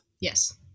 Yes